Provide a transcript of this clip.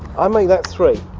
i make that three.